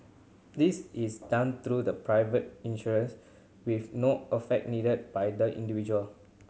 this is done through the private insurers with no affect needed by the individual